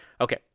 Okay